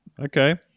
Okay